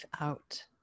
out